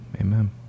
amen